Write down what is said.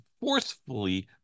forcefully